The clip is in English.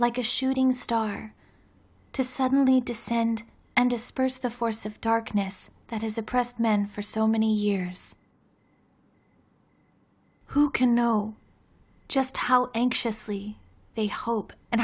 like a shooting star to suddenly descend and disperse the force of darkness that has oppressed men for so many years who can know just how anxiously they hope and